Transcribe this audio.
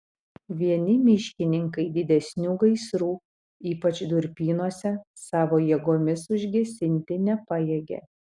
vieni miškininkai didesnių gaisrų ypač durpynuose savo jėgomis užgesinti nepajėgė